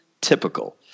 typical